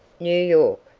new york,